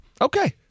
Okay